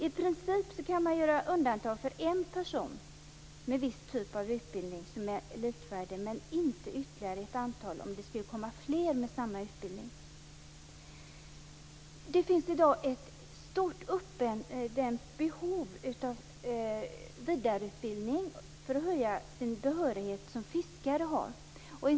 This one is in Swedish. I princip kan man göra undantag för en person med viss typ av utbildning som är likvärdig, men inte för ytterligare ett antal om det skulle komma fler med samma utbildning. Det finns i dag ett stort uppdämt behov av vidareutbildning för att öka behörigheten som fiskare.